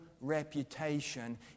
reputation